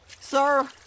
Sir